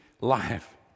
life